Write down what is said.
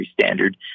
standard